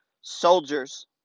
soldiers